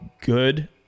good